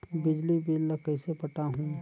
बिजली बिल ल कइसे पटाहूं?